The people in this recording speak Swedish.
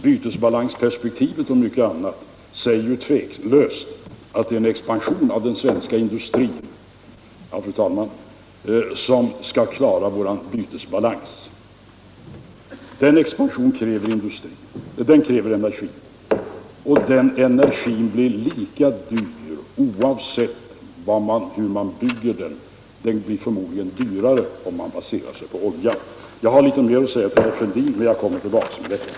Bytesbalansperspektivet och mycket annat säger tveklöst att en expansion av den svenska industrin som skall klara vår bytesbalans kommer att kräva energi. Och den energin blir lika dyr, oavsett hur man bygger ut den. Den blir förmodligen dyrare om man baserar den på olja. Jag har litet mera att säga till herr Fälldin, men jag kommer tillbaka med detta.